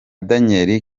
daniel